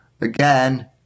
Again